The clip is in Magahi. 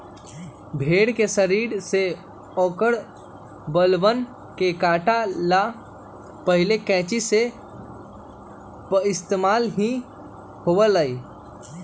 भेड़ के शरीर से औकर बलवन के काटे ला पहले कैंची के पइस्तेमाल ही होबा हलय